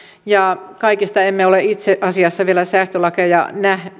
ja kaikista emme ole itse asiassa vielä säästölakeja